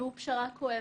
והוא פשרה כואבת.